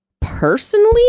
personally